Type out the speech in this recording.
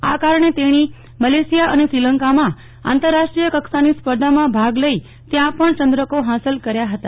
આ કારણે તેણે મલેશીયા અને શ્રીલંકામાં આંતરરાષ્ટ્રીય કક્ષાની સ્પર્ધામાં ભાગ લઈ ત્યાં પણ ચંદ્રક હાંસલ કર્યા હતા